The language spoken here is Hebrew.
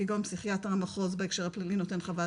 כגון פסיכיאטר מחוזי בהקשר הפלילי נותן חוות